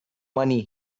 money